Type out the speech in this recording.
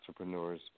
entrepreneurs